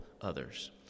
others